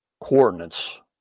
coordinates